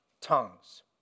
tongues